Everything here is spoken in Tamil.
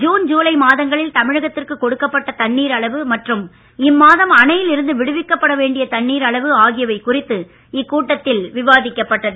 ஜுன் ஜுலை மாதங்களில் தமிழகத்திற்கு கொடுக்கப்பட்ட தண்ணீர் அளவு மற்றும் இம்மாதம் அணையில் இருந்து விடுவிக்கப்பட வேண்டிய தண்ணீர் அளவு ஆகியவை குறித்து இக்கூட்டத்தில் விவாதிக்கப்பட்டது